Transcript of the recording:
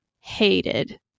hated